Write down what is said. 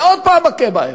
ועוד הפעם מכה בהם.